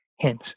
Hence